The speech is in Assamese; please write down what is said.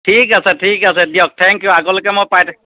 ঠিক আছে ঠিক আছে দিয়ক থেংক ইউ আগলৈকে মই পাই থাকিম